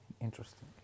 interesting